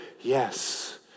yes